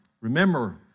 Remember